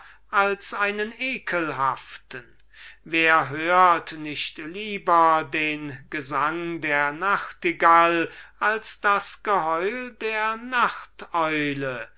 als einen ekelhaften wer hört nicht lieber den gesang der grasmücke als das geheul der nachteule